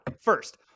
first